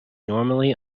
normally